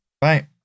Bye